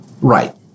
Right